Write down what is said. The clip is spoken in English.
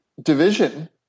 division